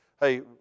hey